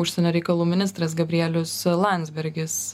užsienio reikalų ministras gabrielius landsbergis